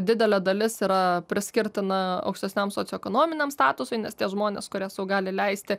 didelė dalis yra priskirtina aukštesniam socioekonominiam statusui nes tie žmonės kurie sau gali leisti